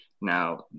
Now